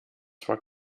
zwar